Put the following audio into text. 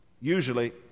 Usually